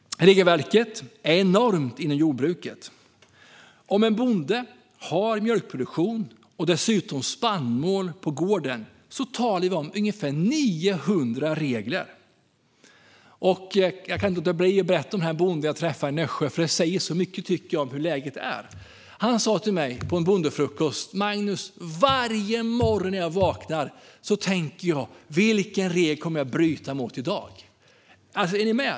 Regelverket är enormt inom jordbruket. Om en bonde har mjölkproduktion och dessutom spannmål på gården talar vi om ungefär 900 regler att förhålla sig till. Jag kan inte låta bli att berätta om bonden jag träffade i Nässjö, för jag tycker att det säger så mycket om hur läget är. Han sa till mig på en bondefrukost: "Magnus, varje morgon när jag vaknar tänker jag: Vilken regel kommer jag att bryta mot i dag?" Är ni med?